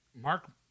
Mark